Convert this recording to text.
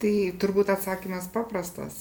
tai turbūt atsakymas paprastas